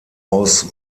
aus